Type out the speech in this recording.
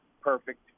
perfect